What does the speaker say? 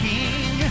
King